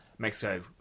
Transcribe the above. Mexico